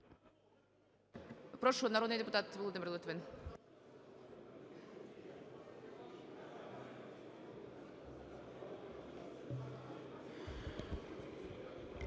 Прошу, народний депутат Володимир Литвин.